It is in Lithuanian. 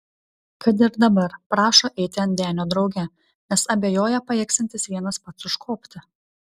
kad ir dabar prašo eiti ant denio drauge nes abejoja pajėgsiantis vienas pats užkopti